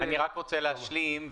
אני רק רוצה להשלים,